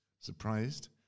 Surprised